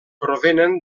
provenen